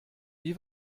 wie